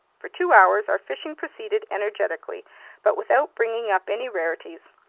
for two hours our fishing proceeded energetically but without bringing up any rarities.